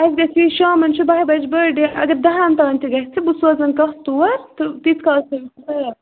اَسہِ گژھِ یہِ شامَن چھُ بَہہِ بَجہِ بٔرتھ ڈے اگر دَہَن تانۍ تہِ گژھِ بہٕ سوزَن کانٛہہ تور تہٕ تِیٖتِس کالَس تھٲوزیٚو تُہۍ تَیار